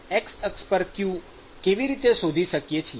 આપણે qx કેવી રીતે શોધીએ છીએ